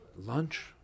lunch